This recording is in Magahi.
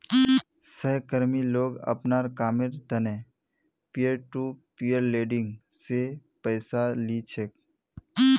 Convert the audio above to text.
सहकर्मी लोग अपनार कामेर त न पीयर टू पीयर लेंडिंग स पैसा ली छेक